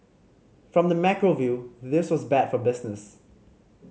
from the macro view this was bad for business